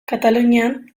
katalunian